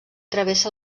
travessa